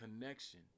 connection